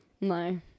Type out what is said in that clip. No